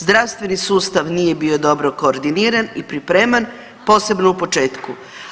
Zdravstveni sustav nije bio dobro koordiniran i pripreman posebno u početku.